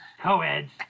co-eds